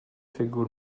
ffigwr